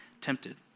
tempted